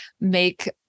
make